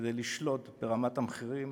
כדי לשלוט ברמת המחירים